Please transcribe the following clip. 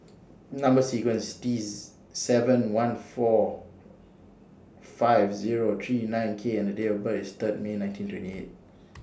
Number sequence IS T seven one four five Zero three nine K and The Date of birth IS Third May nineteen twenty eight